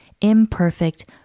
imperfect